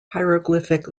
hieroglyphic